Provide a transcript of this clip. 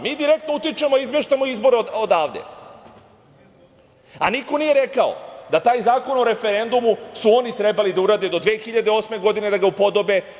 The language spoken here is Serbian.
Mi direktno utičemo i izmeštamo izbore odavde, a niko nije rekao da taj Zakon o referendumu su oni trebali da urade do 2008. godine, da ga upodobe.